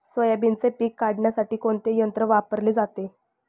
सोयाबीनचे पीक काढण्यासाठी कोणते यंत्र वापरले जाते?